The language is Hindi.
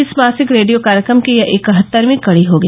इस मासिक रेडियो कार्यक्रम की यह इकहत्तरवीं कड़ी होगी